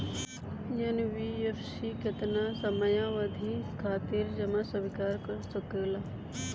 NBFC केतना समयावधि खातिर जमा स्वीकार कर सकला?